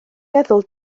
meddwl